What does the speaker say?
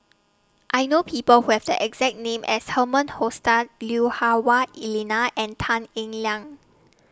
I know People Who Have The exact name as Herman Hochstadt Lui Hah Wah Elena and Tan Eng Liang